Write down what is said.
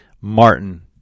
Martin